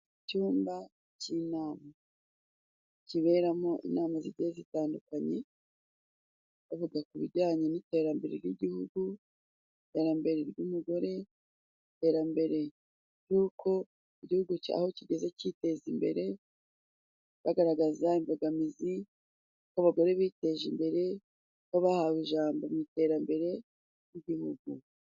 Icyumba cy'inama kiberamo inama z'igihe zitandukanye bavuga ku bijyanye n'iterambere ry'igihugu, iterambere ry'umugore, iterambere ry'uko igihugu cyaho kigeze cyiteza imbere, bagaragaza imbogamizi uko abagore biteje imbere, uko bahawe ijambo mu iterambere ry'igihugu.